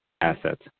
assets